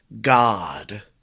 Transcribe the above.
God